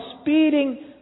speeding